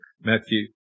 Matthew